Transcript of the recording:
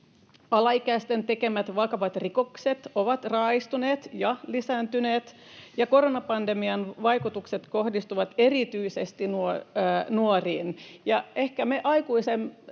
alaikäisten tekemät vakavat rikokset ovat raaistuneet ja lisääntyneet ja koronapandemian vaikutukset kohdistuvat erityisesti nuoriin,